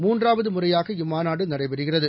மூன்றாவது முறையாக இம்மாநாடு நடைபெறுகிறது